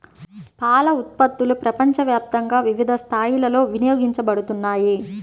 పాల ఉత్పత్తులు ప్రపంచవ్యాప్తంగా వివిధ స్థాయిలలో వినియోగించబడుతున్నాయి